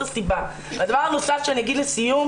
הדבר הנוסף שאני אגיד לסיום